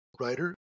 writer